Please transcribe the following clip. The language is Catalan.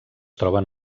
troben